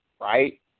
right